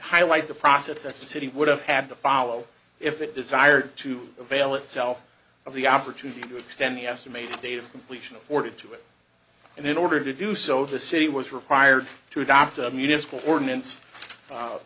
highlight the process that city would have had to follow if it desired to avail itself of the opportunity to extend the estimated days of completion afforded to it and in order to do so the city was required to adopt a municipal ordinance